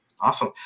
Awesome